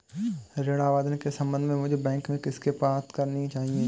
ऋण आवेदन के संबंध में मुझे बैंक में किससे बात करनी चाहिए?